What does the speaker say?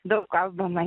daug kalbama